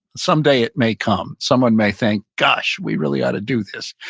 someday it may come, someone may think, gosh, we really ought to do this,